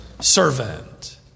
Servant